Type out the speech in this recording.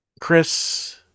Chris